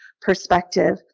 perspective